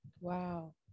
Wow